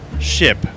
ship